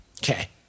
Okay